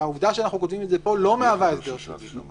העובדה שאנחנו כותבים את זה פה לא מהווה הסדר צדדי.